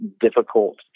difficult